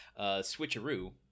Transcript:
switcheroo